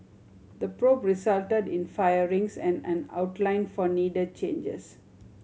the probe resulted in firings and an outline for needed changes